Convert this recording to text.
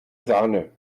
sahne